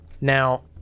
Now